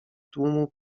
tłumu